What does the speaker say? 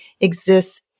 exists